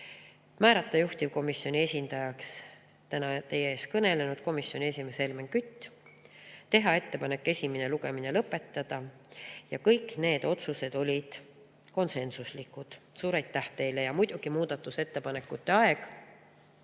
määrata juhtivkomisjoni esindajaks täna teie ees kõnelenud komisjoni esimees Helmen Kütt ja teha ettepanek esimene lugemine lõpetada. Kõik need otsused olid konsensuslikud. Suur aitäh teile! Ja muidugi muudatusettepanekute aeg